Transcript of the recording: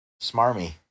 smarmy